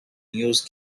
use